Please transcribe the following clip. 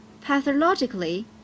pathologically